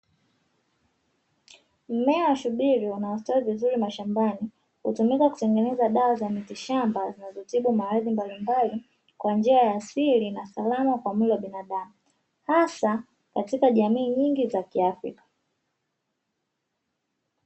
Mmea wa shubiri unaostawi vizuri mashambani, hutumika kutengeneza dawa za miti shamba zinazotibu maradhi mbalimbali kwa njia ya asili na salama kwa mwili wa binadamu, hasa katika jamii nyingi za kiafrika.